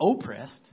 oppressed